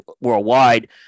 worldwide